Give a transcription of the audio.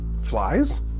Flies